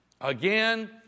again